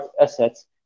assets